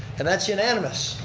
and that's unanimous.